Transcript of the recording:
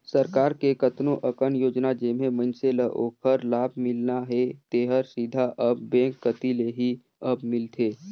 सरकार के कतनो अकन योजना जेम्हें मइनसे ल ओखर लाभ मिलना हे तेहर सीधा अब बेंक कति ले ही अब मिलथे